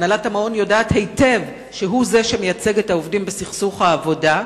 הנהלת המעון יודעת היטב שהוא מייצג את העובדים בסכסוך העבודה,